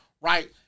right